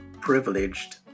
privileged